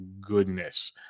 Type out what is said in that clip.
goodness